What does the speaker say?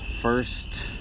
First